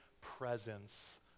presence